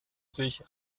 sich